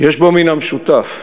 יש ביניהם מן המשותף.